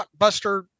blockbuster